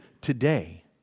today